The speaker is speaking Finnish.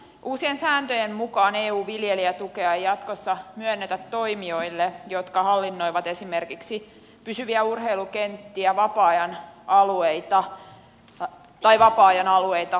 uusien sääntöjen mukaan eun viljelijätukea ei jatkossa myönnetä toimijoille jotka hallinnoivat esimerkiksi pysyviä urheilukenttiä tai vapaa ajan alueita